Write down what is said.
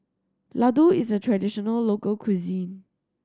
Laddu is a traditional local cuisine